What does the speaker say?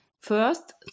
First